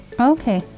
Okay